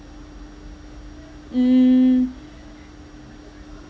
mm